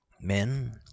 Men